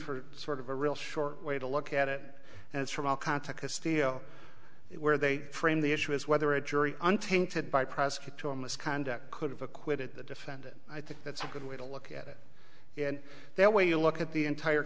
for sort of a real short way to look at it and it's from all contact his studio where they frame the issue is whether a jury untainted by prosecutorial misconduct could have acquitted the defendant i think that's a good way to look at it and they way you look at the entire